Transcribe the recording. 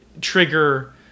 trigger